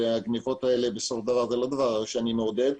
והגניבות האלה הן לא דבר שאני מעודד,